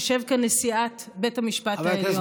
תשב כאן נשיאת בית המשפט העליון,